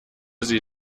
sie